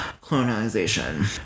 colonization